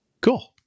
Cool